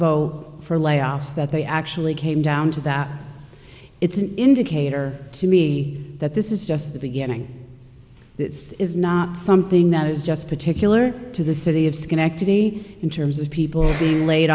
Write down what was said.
vote for layoffs that they actually came down to that it's an indicator to me that this is just the beginning it's not something that is just particular to the city of schenectady in terms of people being laid